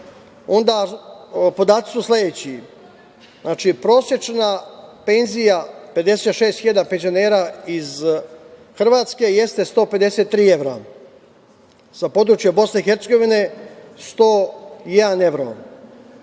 podaci su sledeći. Prosečna penzija 56.000 penzionera iz Hrvatske jeste 153 evra, sa područja Bosne i Hercegovine 101 evro,